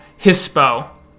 Hispo